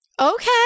okay